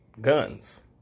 guns